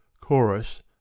Chorus